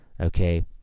Okay